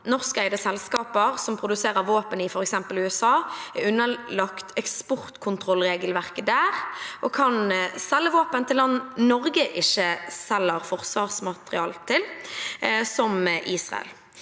Norskeide selskaper som produserer våpen i for eksempel USA, er underlagt eksportkontrollregelverket der og kan selge våpen til land Norge ikke selger forsvarsmateriell til, som Israel.